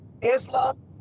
Islam